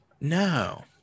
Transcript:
No